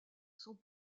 sont